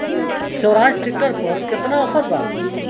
सोहराज tractor पर केतना offer बा?